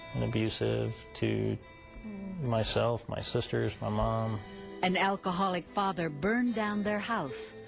and abusive to myself, my sisters, my mom an alcoholic father burned down their house,